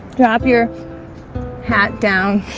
drop your hat down